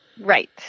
Right